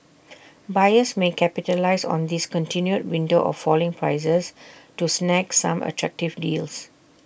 buyers may capitalise on this continued window of falling prices to snag some attractive deals